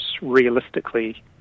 realistically